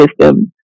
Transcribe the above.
system